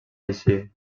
eixir